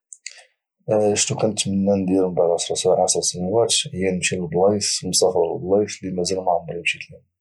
شنو كانتمنى ندير من بعد 10 سنوات هي نمشي لبلايص نسافر لبلايص اللي ما عمري مشيت لهم